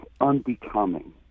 unbecoming